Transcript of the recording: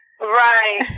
Right